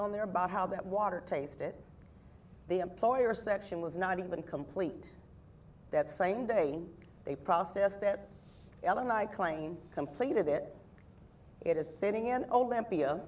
on their bot how that water tasted the employer section was not even complete that same day they processed that ellen i clain completed it it is sitting in olympia